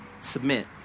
submit